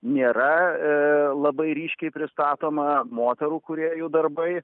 nėra labai ryškiai pristatoma moterų kūrėjų darbai